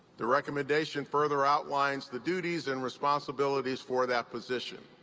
the recommendation further outlines the duties and responsibilities for that position.